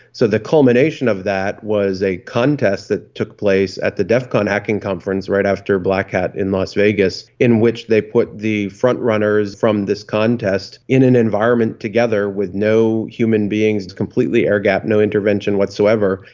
so the culmination of that was a contest that took place at the def con hacking conference right after black hat in las vegas in which they put the frontrunners from this contest in an environment together with no human beings, completely air gapped, no intervention whatsoever,